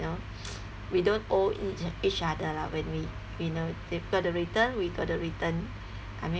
you know we don't owe each each other lah when we you know got to return we got to return I mean